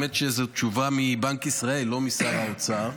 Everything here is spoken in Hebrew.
האמת שזו תשובה מבנק ישראל ולא משר האוצר.